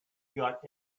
got